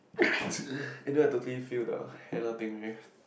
and then I totally feel the